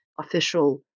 official